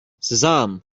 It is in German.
sesam